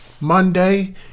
monday